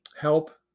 help